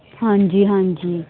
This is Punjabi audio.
ਹਾਂਜੀ ਹਾਂਜੀ